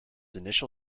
initial